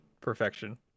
perfection